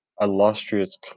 illustrious